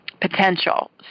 potential